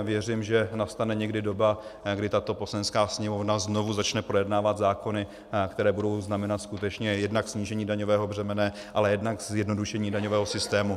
Věřím, že nastane někdy doba, kdy tato Poslanecká sněmovna znovu začne projednávat zákony, které budou znamenat skutečně jednak snížení daňového břemene, ale jednak zjednodušení daňového systému.